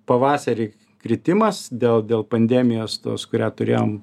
pavasarį kritimas dėl dėl pandemijos tos kurią turėjom